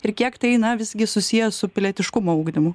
ir kiek tai na visgi susiję su pilietiškumo ugdymu